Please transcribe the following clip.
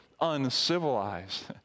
uncivilized